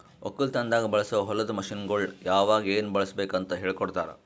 ಒಕ್ಕಲತನದಾಗ್ ಬಳಸೋ ಹೊಲದ ಮಷೀನ್ಗೊಳ್ ಯಾವಾಗ್ ಏನ್ ಬಳುಸಬೇಕ್ ಅಂತ್ ಹೇಳ್ಕೋಡ್ತಾರ್